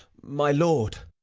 my lord.